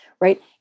right